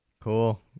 Cool